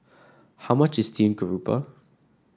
how much is Steam Garoupa